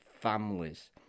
families